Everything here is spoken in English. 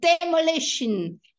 demolition